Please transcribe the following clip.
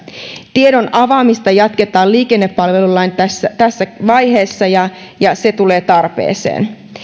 tiedon avaamista jatketaan liikennepalvelulain tässä tässä vaiheessa ja ja se tulee tarpeeseen